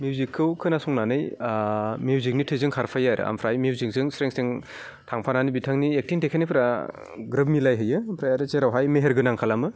मिउजिकखौ खोनासंनानै मिउजिकनि थैजों खारफायो आरो ओमफ्राय मिउजिकजों स्रें स्रें थांफानानै बिथांनि एकथिं देखायनायफोरा ग्रोब मिलायहैयो ओमफ्राय आरो जेरावहाय मेहेरगोनां खालामो